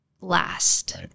last